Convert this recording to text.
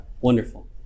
Wonderful